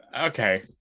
Okay